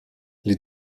les